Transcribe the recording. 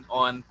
on